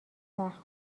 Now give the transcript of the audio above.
سخت